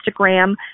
Instagram